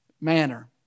manner